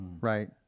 right